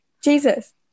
Jesus